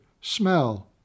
smell